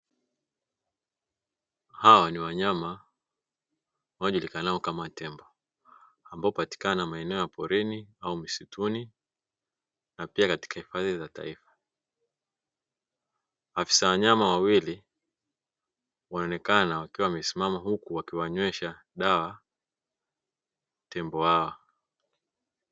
Hawa ni wanyama wajulikanao kama tembo ambao hupatikana maeneo ya porini au misituni na pia katika hifadhi za taifa, afisa wanyama wawili wanaonekana wakiwa wamesimama huku wakiwanywesha dawa tembo hawa.